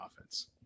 offense